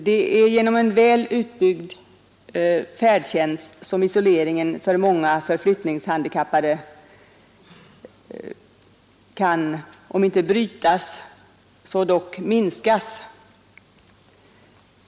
Det är genom en väl utbyggd färdtjänst som isoleringen för många förflyttningshandikappade kan — om inte brytas — så dock minskas.